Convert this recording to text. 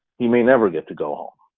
he may never get to go home.